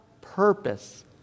purpose